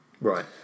Right